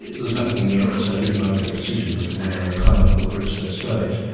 there is nothing in the act to say who would make that decision as to when a claimant would reach that stage,